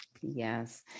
Yes